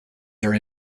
their